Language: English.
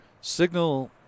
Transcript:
Signal